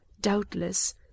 Doubtless